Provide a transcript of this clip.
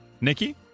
Nikki